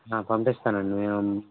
పంపిస్తాను అండి మేము